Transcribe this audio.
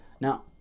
Now